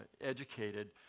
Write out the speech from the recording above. educated